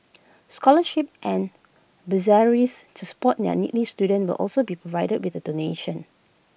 scholarships and bursaries to support their needy students will also be provided with the donation